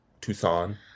Tucson